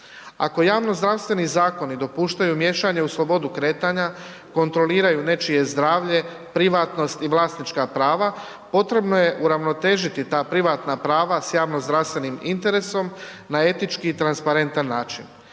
Ako javnozdravstveni zakoni dopuštaju miješanje u slobodu kretanja kontroliraju nečije zdravlje, privatnost i vlasnička prava, potrebno je uravnotežiti ta privatna prava s javnozdravstvenim interesom na etički i transparentan način.